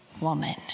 woman